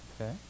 Okay